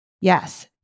Yes